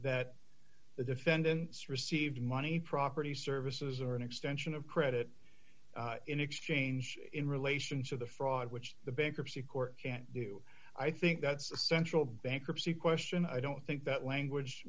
that the defendants received money property services or an extension of credit in exchange in relation to the fraud which the bankruptcy court can do i think that's essential bankruptcy question i don't think that language